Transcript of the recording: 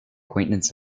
acquaintance